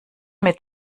mit